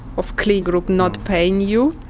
of kleen group not paying you,